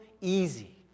easy